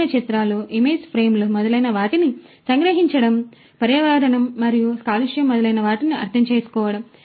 విభిన్న చిత్రాలు ఇమేజ్ ఫ్రేమ్లు మొదలైనవాటిని సంగ్రహించడం కాబట్టి పర్యావరణం మరియు కాలుష్యం మొదలైనవాటిని అర్థం చేసుకోవడం